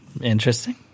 Interesting